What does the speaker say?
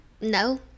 no